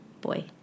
boy